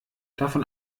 davon